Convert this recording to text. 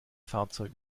fahrzeug